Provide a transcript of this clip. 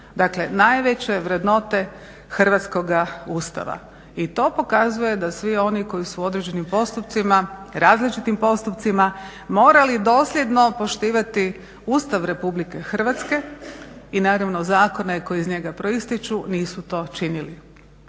Dakle najveće vrednote Hrvatskog Ustava i to pokazuje da svi oni koji su u određenim postupcima, različitim postupcima morali dosljedno poštivati Ustav RH i naravno zakone koji iz njega proističu nisu to činili.